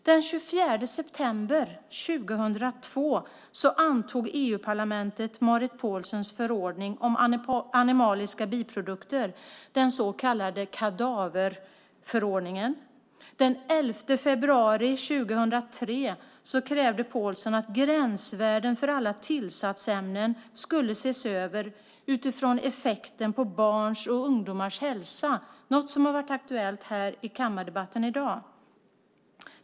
Den 24 september 2002 antog EU-parlamentet Marit Paulsens förordning om animaliska biprodukter, den så kallade kadaverförordningen. Den 11 februari 2003 krävde Paulsen att gränsvärden för alla tillsatsämnen skulle ses över utifrån effekten på barns och ungdomars hälsa, något som har varit aktuellt här i kammardebatten i dag.